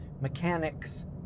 mechanics